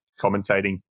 commentating